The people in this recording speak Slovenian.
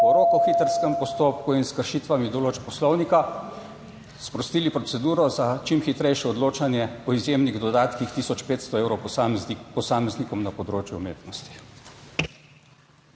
po rokohitrskem postopku in s kršitvami določb Poslovnika sprostili proceduro za čim hitrejše odločanje o izjemnih dodatkih tisoč 500 evrov po posameznikom na področju umetnosti.